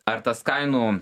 ar tas kainų